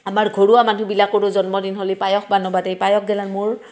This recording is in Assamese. আমাৰ ঘৰুৱা মানুহবিলাকৰো জন্মদিন হ'লে পায়স বানাব দেই পায়স গেলান মোৰ